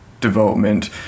development